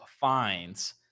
fines